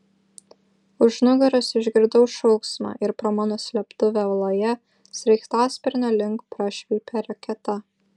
už nugaros išgirdau šauksmą ir pro mano slėptuvę uoloje sraigtasparnio link prašvilpė raketa